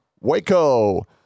Waco